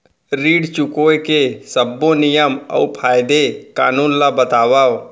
ऋण चुकाए के सब्बो नियम अऊ कायदे कानून ला बतावव